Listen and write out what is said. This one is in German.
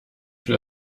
für